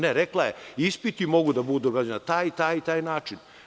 Ne, rekla je – ispiti mogu da budu urađeni na taj i taj način.